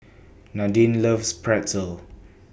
Nadine loves Pretzel